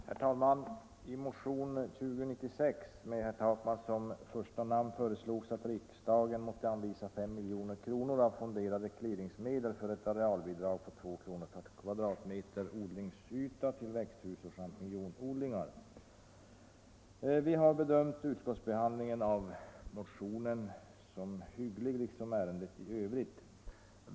Herr talman! I motionen 2096, med herr Takman som första namn, föreslås att riksdagen måtte anvisa 5 milj.kr. av fonderade clearingavgiftsmedel för ett arealbidrag på 2 kr. per kvadratmeter odlingsyta till växthusoch champinjonodlingar. Vi har bedömt utskottsbehandlingen av motionen liksom av ärendet i övrigt som hygglig.